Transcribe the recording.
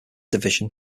division